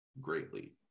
greatly